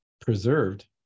preserved